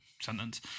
sentence